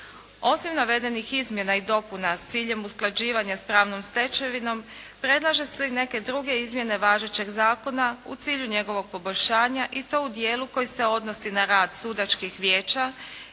Osim navedenih izmjena i dopuna s ciljem usklađivanja sa pravnom stečevinom, predlaže se i neke druge izmjene važećeg zakona u cilju njegovog poboljšanja i to u dijelu koji se odnosi na rad sudačkih vijeća,